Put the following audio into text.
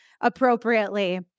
appropriately